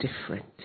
different